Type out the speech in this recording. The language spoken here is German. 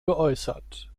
geäußert